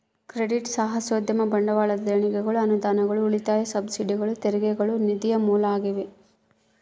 credit ಸಾಹಸೋದ್ಯಮ ಬಂಡವಾಳ ದೇಣಿಗೆಗಳು ಅನುದಾನಗಳು ಉಳಿತಾಯ ಸಬ್ಸಿಡಿಗಳು ತೆರಿಗೆಗಳು ನಿಧಿಯ ಮೂಲ ಆಗ್ಯಾವ